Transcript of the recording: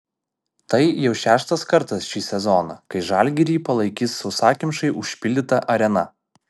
tai jau šeštas kartas šį sezoną kai žalgirį palaikys sausakimšai užpildyta arena